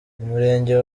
umurenge